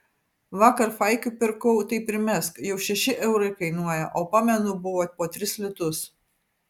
vakar faikių pirkau tai primesk jau šeši eurai kainuoja o pamenu buvo po tris litus